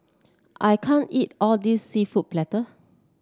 I can't eat all this seafood Paella